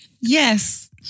Yes